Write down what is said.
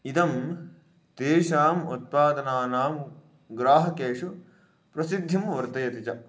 इदं तेषाम् उत्पादनानां ग्राहकेषु प्रसिद्धिं वर्धयति च